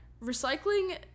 recycling